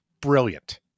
Brilliant